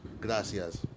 Gracias